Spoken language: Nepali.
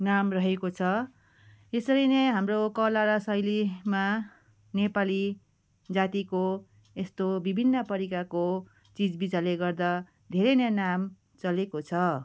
नाम रहेको छ यसरी नै हाम्रो कला र शैलीमा नेपाली जातिको यस्तो विभिन्न परिकारको चिजबिजहरूले गर्दा धेरै नै नाम चलेको छ